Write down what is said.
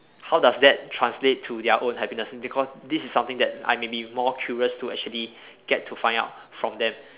how does that translate to their own happiness is because this is something that I maybe more curious to actually get to find out from them